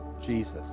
Jesus